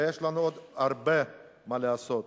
ויש לנו עוד הרבה מה לעשות.